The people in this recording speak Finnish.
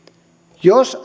jos